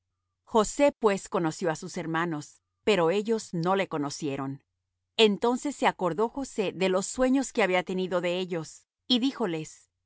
josé pues conoció á sus hermanos pero ellos no le conocieron entonces se acordó josé de los sueños que había tenido de ellos y